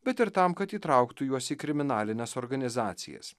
bet ir tam kad įtrauktų juos į kriminalines organizacijas